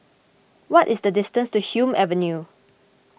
what is the distance to Hume Avenue